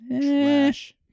Trash